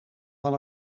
van